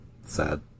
Sad